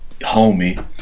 homie